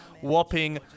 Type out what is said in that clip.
whopping